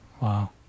Wow